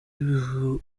w’ibihugu